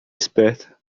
esperta